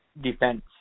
defense